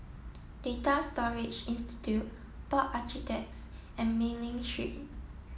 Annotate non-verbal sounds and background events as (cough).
Data Storage Institute Board (unintelligible) and Mei Ling Street